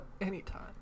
Anytime